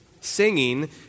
Singing